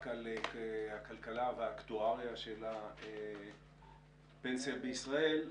על הכלכלה והאקטואריה של הפנסיה בישראל,